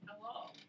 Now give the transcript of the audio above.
Hello